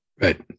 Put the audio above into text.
Right